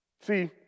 See